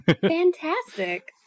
Fantastic